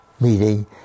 meeting